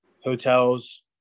hotels